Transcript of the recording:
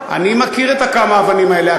אני מכיר את הכמה-אבנים האלה,